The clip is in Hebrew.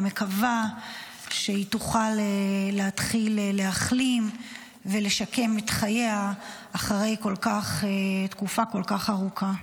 ומקווה שהיא תוכל להתחיל להחלים ולשקם את חייה אחרי תקופה כל כך ארוכה.